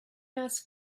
ask